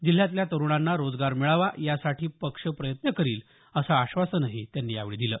जिल्ह्यातल्या तरुणांना रोजगार मिळावा यासाठी पक्ष प्रयत्न करील असं आश्वासनही त्यांनी यावेळी दिलं